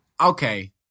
Okay